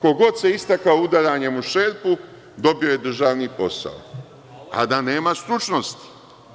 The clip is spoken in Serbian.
Ko god se istakao udaranjem u šerpu dobio je državni posao, a da nema stručnosti.